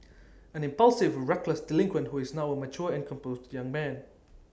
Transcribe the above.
an impulsive reckless delinquent who is now A mature and composed young man